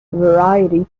variety